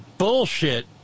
bullshit